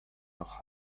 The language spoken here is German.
noch